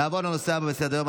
נעבור לנושא הבא שעל סדר-היום,